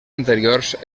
anteriors